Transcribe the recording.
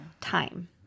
Time